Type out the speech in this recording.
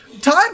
time